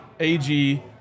AG